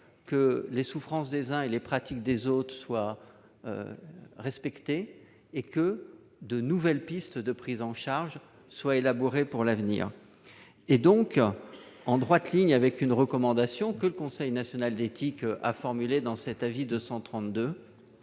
que les souffrances des uns et les pratiques des autres soient respectées et que de nouvelles pistes de prise en charge soient élaborées pour l'avenir. Ainsi, en droite ligne de la recommandation que le Comité national d'éthique a formulée au travers de